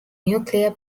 nuclear